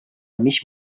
мич